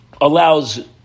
allows